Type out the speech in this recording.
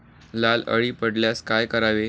लाल अळी पडल्यास काय करावे?